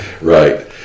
Right